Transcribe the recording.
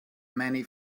many